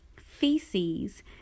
feces